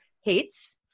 hates